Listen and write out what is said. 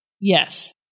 Yes